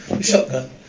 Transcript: shotgun